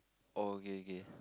oh okay okay